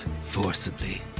forcibly